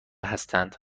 هستند